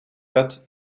dat